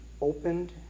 opened